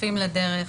שותפים לדרך,